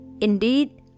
Indeed